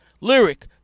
Lyric